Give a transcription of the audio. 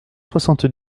soixante